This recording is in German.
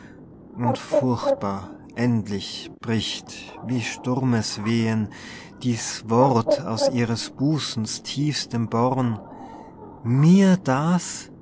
und furchtbar endlich bricht wie sturmeswehen dies wort aus ihres busens tiefstem born mir das